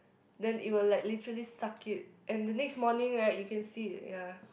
then it will like literally suck it and the next morning right you can see it ya